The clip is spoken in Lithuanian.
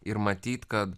ir matyt kad